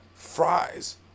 fries